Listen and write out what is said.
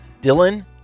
dylan